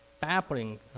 babbling